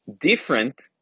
different